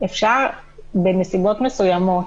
אפשר בנסיבות מסוימות,